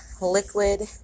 Liquid